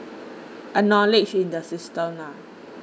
acknowledge in the system lah